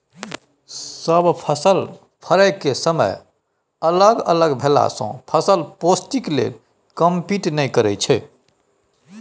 सब फसलक फरय केर समय अलग अलग भेलासँ फसल पौष्टिक लेल कंपीट नहि करय छै